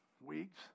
weeks